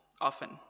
often